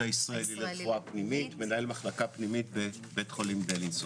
שחולה שלא צריך לשכב בבית חולים לא צריך לשכב בבית חולים.